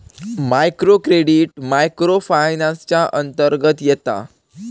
micro credit micro finance च्या अंतर्गत येता